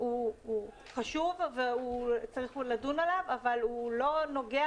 הוא חשוב וצריך לדון עליו אבל הוא לא נוגע